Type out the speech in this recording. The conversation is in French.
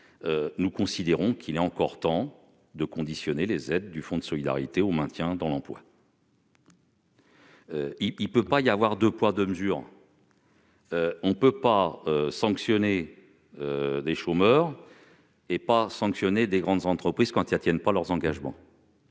pour 2021. Il est encore temps de conditionner les aides du fonds de solidarité au maintien des salariés dans l'emploi. Il ne peut pas y avoir deux poids deux mesures : on ne peut pas sanctionner des chômeurs et ne pas sanctionner les grandes entreprises qui ne tiennent pas leurs engagements.